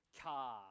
car